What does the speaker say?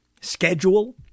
schedule